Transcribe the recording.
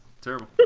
Terrible